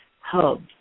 hub